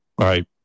Right